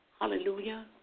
Hallelujah